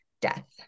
death